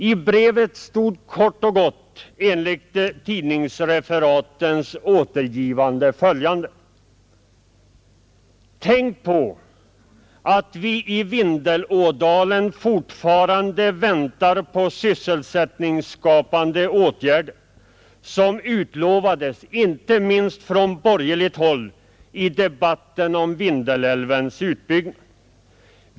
I brevet stod kort och gott, enligt tidningsreferat: ”Tänk på att vi i Vindelådalen fortfarande väntar på sysselsättningsskapande åtgärder som utlovades, inte minst från borgerligt håll, i debatten om Vindelälvens utbyggnad.